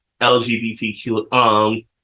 LGBTQ